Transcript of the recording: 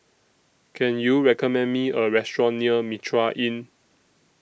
Can YOU recommend Me A Restaurant near Mitraa Inn